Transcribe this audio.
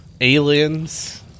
aliens